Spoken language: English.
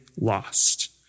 lost